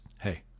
hey